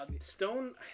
Stone